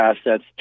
assets